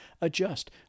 adjust